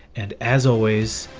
and as always,